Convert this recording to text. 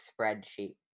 spreadsheet